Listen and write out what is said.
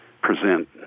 present